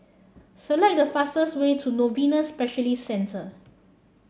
select the fastest way to Novena Specialist Centre